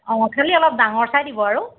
অঁ খালি অলপ ডাঙৰ চাই দিব আৰু